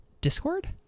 Discord